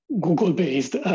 Google-based